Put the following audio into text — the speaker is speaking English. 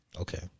Okay